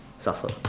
suffer